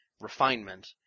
refinement